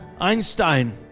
Einstein